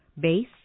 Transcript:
base